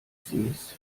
sees